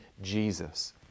Jesus